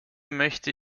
möchte